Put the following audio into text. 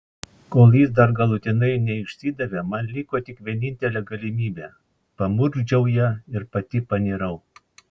kol jis dar galutinai neišsidavė man liko tik vienintelė galimybė pamurkdžiau ją ir pati panirau